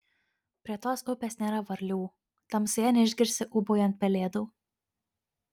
prie tos upės nėra varlių tamsoje neišgirsi ūbaujant pelėdų